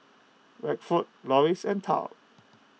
Rexford Loris and Tal